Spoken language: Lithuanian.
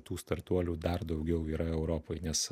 tų startuolių dar daugiau yra europoj nes